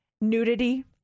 nudity